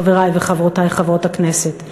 חברי וחברותי חברות הכנסת?